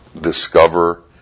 discover